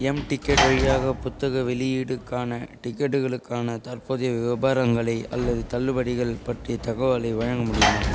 m-ticket வழியாக புத்தக வெளியீடுக்கான டிக்கெட்டுகளுக்கான தற்போதைய விபரங்களை அல்லது தள்ளுபடிகள் பற்றிய தகவலை வழங்க முடியுமா